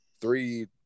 three